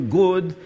good